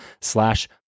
slash